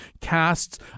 casts